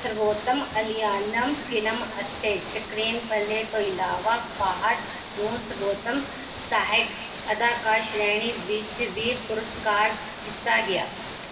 ਸਰਬੋਤਮ ਅਲਿਆਲਮ ਫਿਲਮ ਅਤੇ ਸਕ੍ਰੀਨਪਲੇਅ ਤੋਂ ਇਲਾਵਾ ਫਾਹਾਦ ਨੂੰ ਸਰਬੋਤਮ ਸਹਾਇਕ ਅਦਾਕਾਰ ਸ਼੍ਰੇਣੀ ਵਿੱਚ ਵੀ ਪੁਰਸਕਾਰ ਦਿੱਤਾ ਗਿਆ